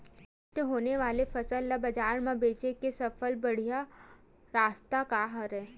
नष्ट होने वाला फसल ला बाजार मा बेचे के सबले बढ़िया रास्ता का हरे?